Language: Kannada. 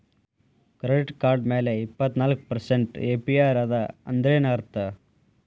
ಕೆಡಿಟ್ ಕಾರ್ಡ್ ಮ್ಯಾಲೆ ಇಪ್ಪತ್ನಾಲ್ಕ್ ಪರ್ಸೆಂಟ್ ಎ.ಪಿ.ಆರ್ ಅದ ಅಂದ್ರೇನ್ ಅರ್ಥ?